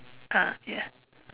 ah ya